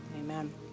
amen